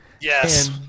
Yes